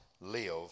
live